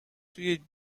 توی